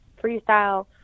freestyle